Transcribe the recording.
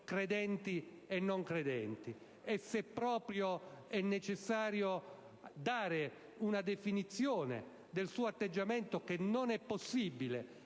credenti e non credenti e se proprio è necessario dare una definizione del suo atteggiamento - che in realtà non è possibile